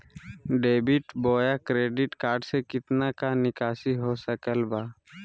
Debit बोया credit card से कितना का निकासी हो सकल बा?